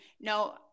no